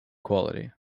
quality